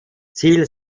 ziel